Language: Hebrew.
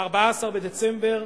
ב-14 בדצמבר,